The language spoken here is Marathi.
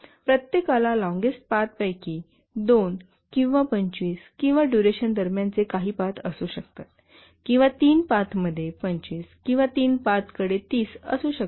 प्रत्येकाला लोंगेस्ट पाथपैकी दोन किंवा 25 किंवा डुरेशन दरम्यानचे काही पाथ असू शकतात किंवा तीन पाथमध्ये 25 किंवा तीन पाथकडे 30 असू शकतात